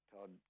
Todd